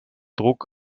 druck